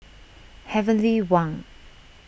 Heavenly Wang